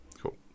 cool